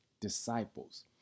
disciples